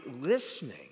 listening